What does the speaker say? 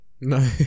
No